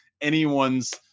anyone's